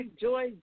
Joy